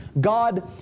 God